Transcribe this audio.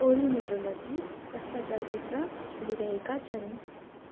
ओली मेरो नजिक कस्ता चलचित्र चलिरहेका छन्